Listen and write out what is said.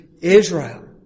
Israel